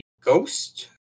ghost